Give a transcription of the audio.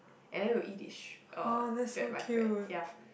and then we will eat it str~ uh thread by thread ya